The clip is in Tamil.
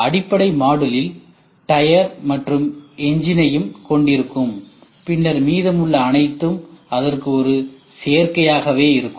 அடிப்படை மாடுலில் டயர் மற்றும் எஞ்சினையும் கொண்டிருக்கும் பின்னர் மீதமுள்ள அனைத்தும் அதற்கு ஒரு சேர்க்கையாக இருக்கும்